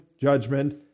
judgment